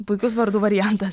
puikus vardų variantas